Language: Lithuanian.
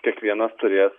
kiekvienas turės